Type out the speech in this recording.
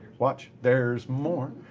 watch, there's more.